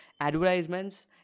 advertisements